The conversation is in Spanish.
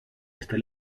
este